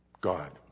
God